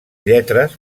lletres